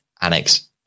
Annex